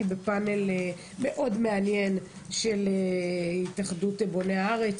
בפאנל מאד מעניין של התאחדות בוני הארץ.